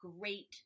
great